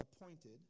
appointed